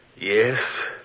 Yes